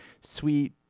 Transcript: sweet